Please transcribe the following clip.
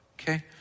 Okay